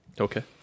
Okay